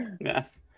yes